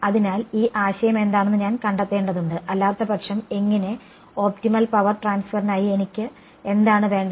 അതിനാൽ ഈ ആശയം എന്താണെന്ന് ഞാൻ കണ്ടെത്തേണ്ടതുണ്ട് അല്ലാത്തപക്ഷം എങ്ങനെ ഒപ്റ്റിമൽ പവർ ട്രാൻസ്ഫറിനായി എനിക്ക് എന്താണ് വേണ്ടത്